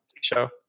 show